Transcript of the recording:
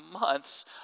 months